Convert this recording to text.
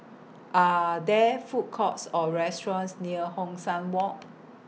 Are There Food Courts Or restaurants near Hong San Walk